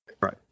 Right